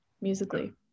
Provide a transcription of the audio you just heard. musically